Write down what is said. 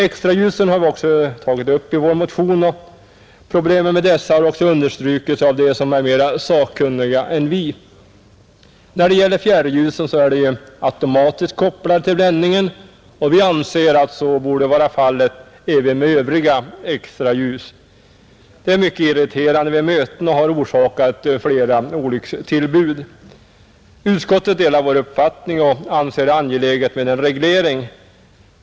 Extraljusen har vi också tagit upp i vår motion, och problemen med dessa har också understrukits av dem som är mera sakkunniga än vi. När det gäller fjärrljusen är de automatiskt kopplade till bländningen, och vi anser att så borde vara fallet även med övriga extraljus. De är mycket irriterande vid möten och har orsakat flera olyckstillbud. Utskottet delar vår uppfattning och anser det angeläget med en reglering.